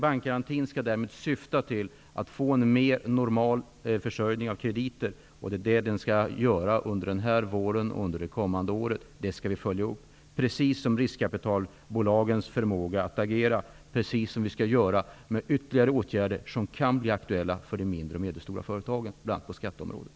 Bankgarantin skall däremot syfta till att få en mer normal försörjning av krediter. Det skall den leda till under detta år och under kommande år. Detta skall föjas upp, precis som riskkapitalbolagens förmåga att agera. Det skall också göras med ytterligare åtgärder som kan bli aktuella för de mindre och medelstora företagen, bl.a. på skatteområdet.